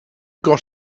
got